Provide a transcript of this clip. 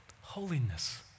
holiness